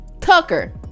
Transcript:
Tucker